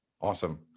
awesome